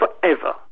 forever